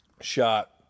shot